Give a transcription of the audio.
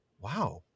wow